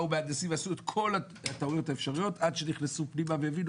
באו מהנדסים ועשו את כל הטעויות האפשריות עד שנכנסו פנימה והבינו,